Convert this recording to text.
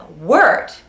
word